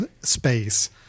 space